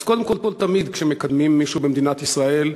אז קודם כול, תמיד כשמקדמים מישהו במדינת ישראל,